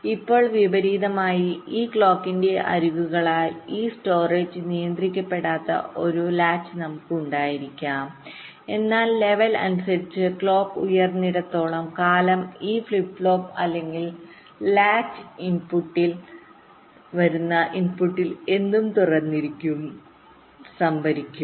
ഇപ്പോൾ വിപരീതമായി ഈ ക്ലോക്കിന്റെ അരികുകളാൽ ഈ സ്റ്റോറേജ് നിയന്ത്രിക്കപ്പെടാത്ത ഒരു ലാച്ച് നമുക്ക് ഉണ്ടായിരിക്കാം എന്നാൽ ലെവൽ അനുസരിച്ച് ക്ലോക്ക് ഉയർന്നിടത്തോളം കാലം ഈ ഫ്ലിപ്പ് ഫ്ലോപ്പ് അല്ലെങ്കിൽ ലാച്ച് ഇൻപുട്ടിൽവരുന്ന ഇൻപുട്ടിൽ എന്തും തുറന്നിരിക്കും സംഭരിക്കും